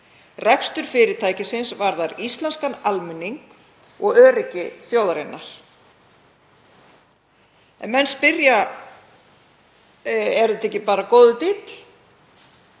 Rekstur fyrirtækisins varðar íslenskan almenning og öryggi þjóðarinnar. En menn spyrja: Er þetta ekki bara góður díll?